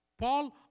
Paul